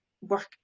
work